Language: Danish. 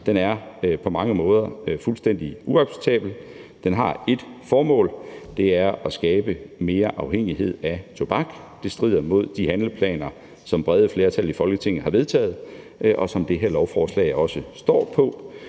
på mange måder er fuldstændig uacceptabel. Den har ét formål, og det er at skabe mere afhængighed af tobak. Det strider mod de handleplaner, som brede flertal i Folketinget har vedtaget, og som det her lovforslag også står på.